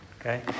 Okay